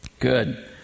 good